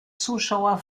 zuschauer